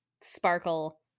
sparkle